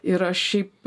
ir aš šiaip